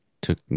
Took